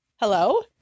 Hello